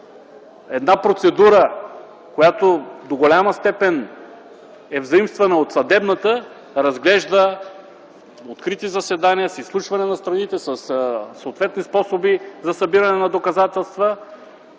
една процедура, която до голяма степен е заимствана от съдебната, разглежда на открити заседания с изслушване на страните, със съответни способи за събиране на доказателства